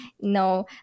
no